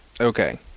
Okay